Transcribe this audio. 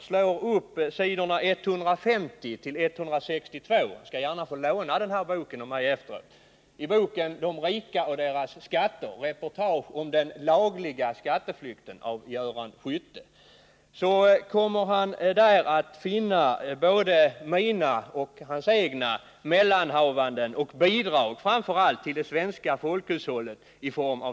Om han slår upp s. 150-162 i Göran Skyttes bok De rika och deras skatter — ett reportage om den lagliga skatteflykten — Wiggo Komstedt skall gärna få låna den av mig — kommer han där att finna både mina och hans egna bidrag i form av skatter, framför allt till det svenska folkhushållet.